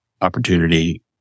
opportunity